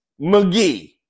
McGee